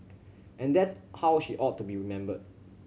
and that's how she ought to be remembered